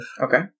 Okay